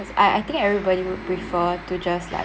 I I think everybody would prefer to just like